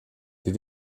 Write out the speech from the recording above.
wir